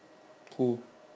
who